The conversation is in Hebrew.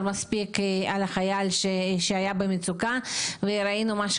מספיק על החייל שהיה במצוקה וראינו מה שקרה.